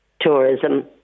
tourism